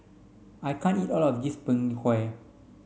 I can't eat all of this Png Kueh